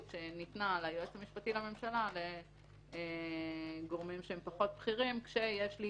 שניתנה ליועץ המשפטי לממשלה לגורמים פחות בכירים כשיש לי